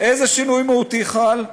איזה שינוי מהותי חל?